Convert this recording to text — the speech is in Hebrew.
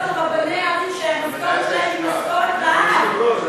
על רבני ערים שהמשכורת שלהם היא משכורת רעב?